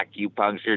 acupuncture